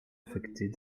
affectés